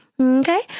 Okay